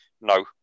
No